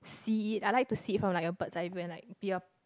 see it I like to see it from like a bird's eye view and like be a p~